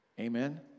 Amen